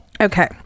Okay